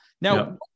Now